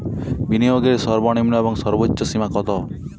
বিনিয়োগের সর্বনিম্ন এবং সর্বোচ্চ সীমা কত?